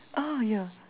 ah yeah